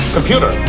Computer